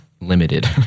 limited